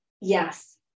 Yes